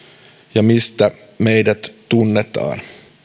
ja mistä meidät tunnetaan